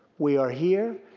we are here.